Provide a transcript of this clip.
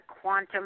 Quantum